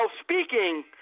speaking